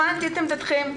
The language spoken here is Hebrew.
הבנתי את עמדתכם.